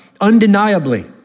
undeniably